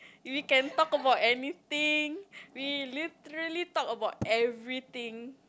we can talk about anything we literally talk about everything